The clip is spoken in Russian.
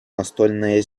настольное